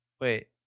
Wait